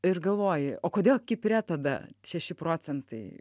ir galvoji o kodėl kipre tada šeši procentai